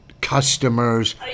customers